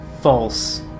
false